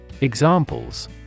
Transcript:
Examples